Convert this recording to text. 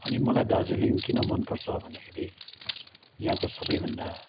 अनि मलाई दार्जिलिङ किन मनपर्छ भन्दाखेरि यहाँको सबैभन्दा